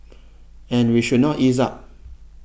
and we should not ease up